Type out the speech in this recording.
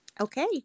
Okay